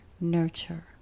nurture